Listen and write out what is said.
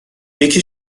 یکی